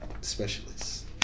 specialists